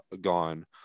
gone